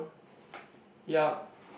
yup